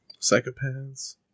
Psychopaths